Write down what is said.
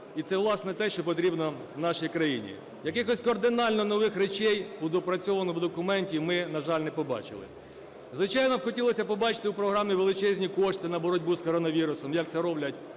і це, власне, те, що потрібно нашій країні. Якихось кардинально нових речей у доопрацьованому документі ми, на жаль, не побачили. Звичайно, хотілося б побачити у програмі величезні кошти на боротьбу з коронавірусом, як це роблять